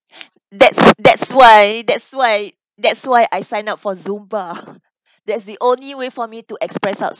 that's that's why that's why that's why I sign up for zumba that's the only way for me to express out